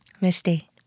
Misty